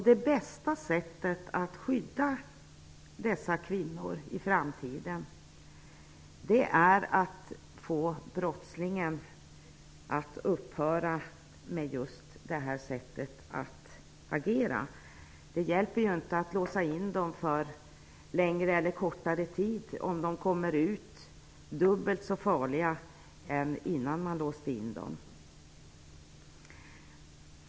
Det bästa sättet att skydda dessa kvinnor i framtiden är att få brottslingen att upphöra med sitt sätt att agera. Det hjälper ju inte att låsa in dessa män för längre eller kortare tid, om de kommer ut dubbelt så farliga än vad de var innan man låste in dem.